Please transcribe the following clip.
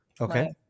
Okay